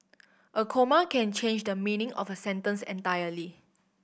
a comma can change the meaning of a sentence entirely